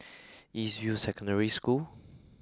East View Secondary School